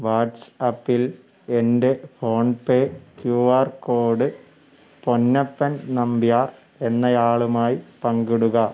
വാട്ട്സ്ആപ്പിൽ എൻ്റെ phone pay Q R code Ponnappan Nambiar എന്നയാളുമായി പങ്കിടുക